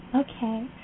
Okay